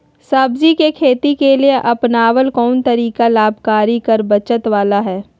सब्जी के खेती के लिए अपनाबल कोन तरीका लाभकारी कर बचत बाला है?